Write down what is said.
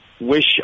wish